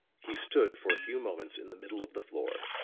he stood for a few moments in the middle of the floor,